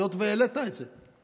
היות שהעלית את זה,